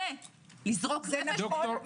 זה לזרוק רפש.